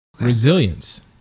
resilience